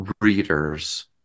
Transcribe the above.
readers